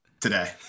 today